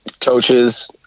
coaches